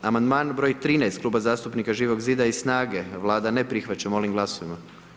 Amandman br. 13 Kluba zastupnika Živog zida i SNAGA-e, Vlada ne prihvaća, molim glasujmo.